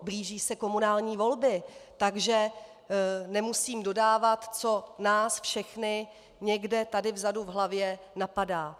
Blíží se komunální volby, takže nemusím dodávat, co nás všechny někde tady vzadu v hlavě napadá.